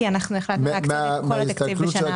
אנחנו החלטנו להקציב את כל התקציב בשנה הבאה.